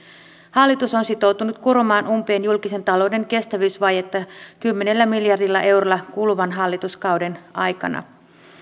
hallitus on sitoutunut kuromaan umpeen julkisen talouden kestävyysvajetta kymmenellä miljardilla eurolla kuluvan hallituskauden aikana